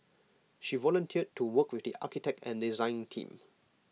she volunteered to work with the architect and design team